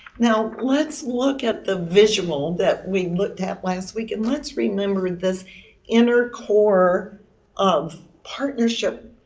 now let's look at the visual that we looked at last week and let's remember this inner core of partnership